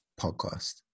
podcast